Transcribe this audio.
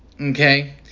Okay